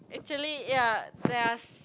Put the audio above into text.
actually ya there are